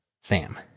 Sam